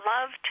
loved